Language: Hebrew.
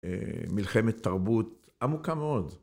מלחמת תרבות עמוקה מאוד.